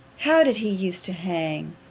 how did he use to hang,